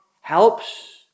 helps